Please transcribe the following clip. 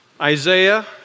Isaiah